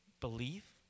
believe